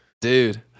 Dude